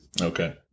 Okay